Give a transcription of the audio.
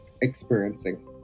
experiencing